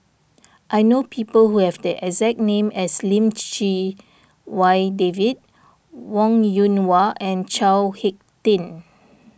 I know people who have the exact name as Lim Chee Wai David Wong Yoon Wah and Chao Hick Tin